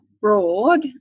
broad